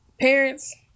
Parents